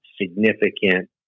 significant